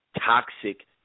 toxic